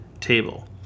table